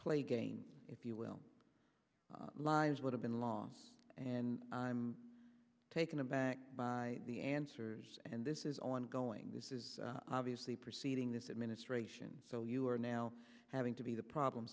play game if you will lies would have been long and i'm taken aback by the answers and this is ongoing this is obviously proceeding this administration so you are now having to be the problem